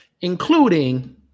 including